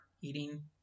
eating